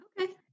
Okay